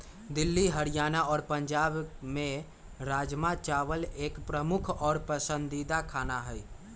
दिल्ली हरियाणा और पंजाब में राजमा चावल एक प्रमुख और पसंदीदा खाना हई